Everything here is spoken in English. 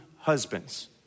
husbands